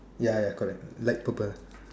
ya ya correct light purple ah